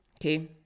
okay